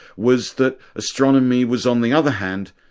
was that astronomy was on the other hand,